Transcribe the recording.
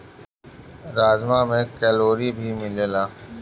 राजमा में कैलोरी भी मिलेला